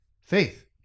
faith